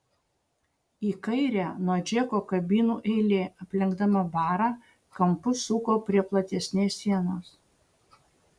į kairę nuo džeko kabinų eilė aplenkdama barą kampu suko prie platesnės sienos